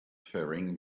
faring